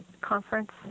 Conference